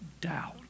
doubt